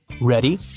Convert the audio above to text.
Ready